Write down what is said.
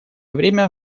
время